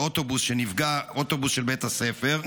באוטובוס של בית הספר.